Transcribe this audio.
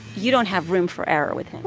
you don't have room for error with